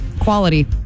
Quality